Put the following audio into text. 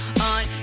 on